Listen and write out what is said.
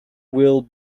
will